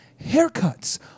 haircuts